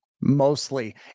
Mostly